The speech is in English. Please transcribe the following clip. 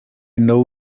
know